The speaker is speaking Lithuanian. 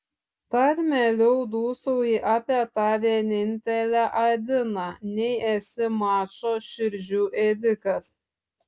tad mieliau dūsauji apie tą vienintelę adiną nei esi mačo širdžių ėdikas